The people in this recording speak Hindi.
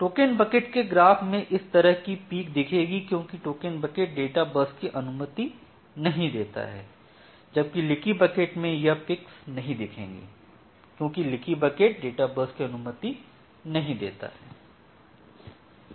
टोकन बकेट के ग्राफ में इस तरह की पीक दिखेंगी क्यूंकि टोकन बकेट डेटा बर्स्ट कि अनुमति देता है जबकि लीकी बकेट में यह पीक्स नहीं देखेंगी क्यूंकि लीकी बकेट डेटा बर्स्ट कि अनुमति नहीं देता है